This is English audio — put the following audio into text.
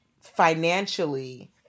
financially